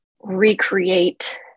recreate